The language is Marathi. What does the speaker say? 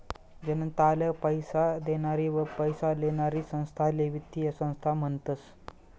जनताले पैसा देनारी व पैसा लेनारी संस्थाले वित्तीय संस्था म्हनतस